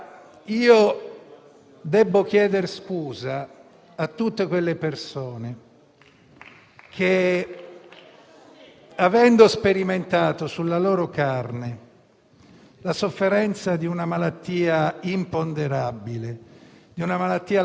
nonché un cittadino, nonché un congiunto di persone che hanno dovuto fare i conti con la sanità pubblica calabrese, dovendo scappare e dovendo anche andare fuori Regione perché, altrimenti, non c'erano problemi